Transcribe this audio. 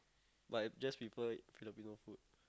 but I just prefer Filipino food